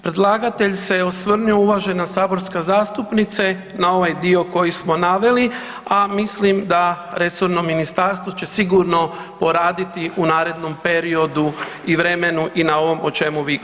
Predlagatelj se osvrnuo uvažena saborska zastupnice na ovaj dio koji smo naveli, a mislim da resorno ministarstvo će sigurno poraditi u narednom periodu i vremenu i na ovom o čemu vi govorite.